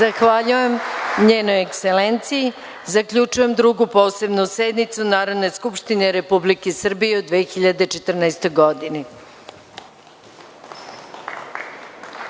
Zahvaljujem njenoj ekselenciji. Zaključujem Drugu posebnu sednicu Narodne skupštine Republike Srbije u 2014. godini.